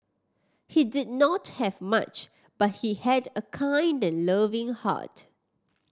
he did not have much but he had a kind and loving heart